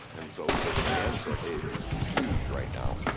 and so the demand for hay is huge right now,